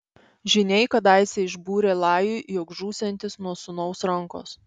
žyniai kadaise išbūrė lajui jog žūsiantis nuo sūnaus rankos